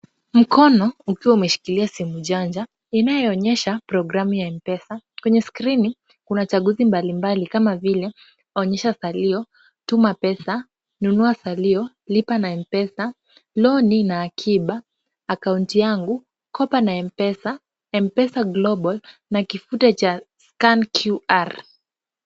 Mkono ukiwa umeshikilia simu janja, inayoonyesha programu ya M-Pesa. Kwenye skrini kuna chaguzi mbalimbali kama vile; onyesha salio, tuma pesa, nunua salio, lipa na M-Pesa, loni na akiba, akaunti yangu, kopa na M-Pesa. M-Pesa global na kifute cha scan QR .